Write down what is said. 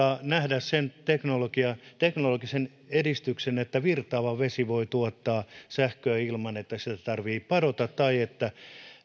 nähdä sen teknologisen edistyksen että virtaava vesi voi tuottaa sähköä ilman että sitä tarvitsee padota tai että